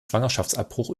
schwangerschaftsabbruch